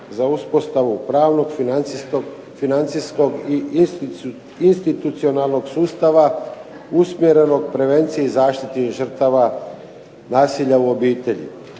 za uspostavu pravnog, financijskog i institucionalnog sustava usmjereno prevenciji i zaštiti žrtava nasilja u obitelji.